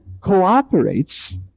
cooperates